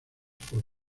por